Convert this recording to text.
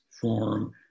form